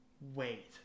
Wait